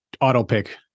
auto-pick